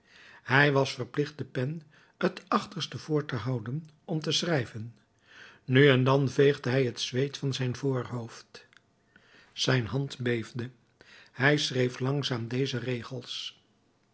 hij was verplicht de pen t achterste voor te houden om te schrijven nu en dan veegde hij het zweet van zijn voorhoofd zijn hand beefde hij schreef langzaam deze regels